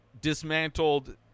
dismantled